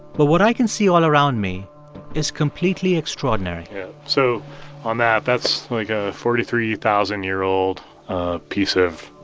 but what i can see all around me is completely extraordinary so on that, that's like a forty three thousand year old ah piece of,